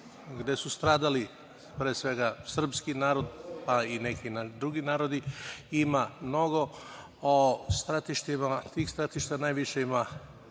gde je stradao, pre svega, srpski narod, pa i neki drugi narodi, ima mnogo. Tih stratišta najviše ima